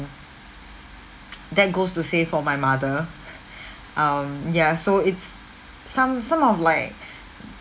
that goes to say for my mother um ya so it's some some of like